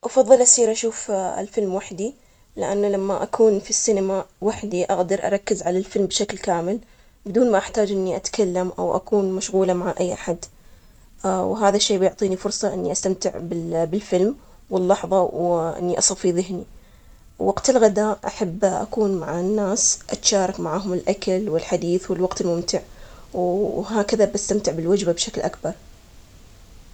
أفضل أسير أشوف الفيلم وحدي، لأن لما أكون في السينما وحدي أقدر أركز على الفيلم بشكل كامل بدون ما أحتاج إني أتكلم أو أكون مشغولة مع أي أحد، وهذا الشي بيعطيني فرصة إني أستمتع بالفيلم واللحظة، وإني أصفي ذهني وقت الغداء، أحب أكون مع الناس، أتشارك معاهم الأكل والحديث والوقت الممتع. وهكذا بستمتع بالوجبة بشكل أكبر.